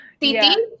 titi